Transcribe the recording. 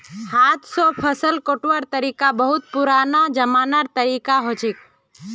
हाथ स फसल कटवार तरिका बहुत पुरना जमानार तरीका छिके